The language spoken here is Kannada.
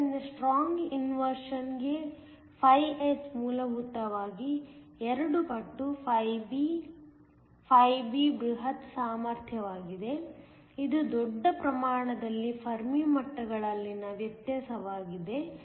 ಆದ್ದರಿಂದ ಸ್ಟ್ರಾಂಗ್ ಇನ್ವರ್ಶನ್ಗೆ φs ಮೂಲಭೂತವಾಗಿ ಎರಡು ಪಟ್ಟು φb φb ಬೃಹತ್ ಸಾಮರ್ಥ್ಯವಾಗಿದೆ ಇದು ದೊಡ್ಡ ಪ್ರಮಾಣದಲ್ಲಿ ಫರ್ಮಿ ಮಟ್ಟಗಳಲ್ಲಿನ ವ್ಯತ್ಯಾಸವಾಗಿದೆ